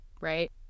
right